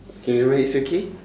okay never mind it's okay